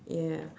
ya